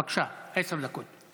בבקשה, עשר דקות.